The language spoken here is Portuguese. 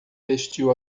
vestiu